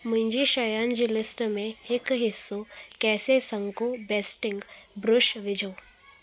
मुंहिंजी शयुनि जी लिस्ट में हिकु हिसो केसेसंको बेस्टिंग ब्रूश विझो